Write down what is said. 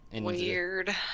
Weird